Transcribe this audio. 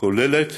כוללת